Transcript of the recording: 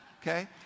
Okay